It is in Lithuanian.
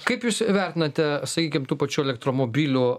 kaip jūs vertinate sakykim tų pačių elektromobilių